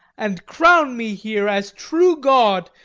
and crown me here, as true god,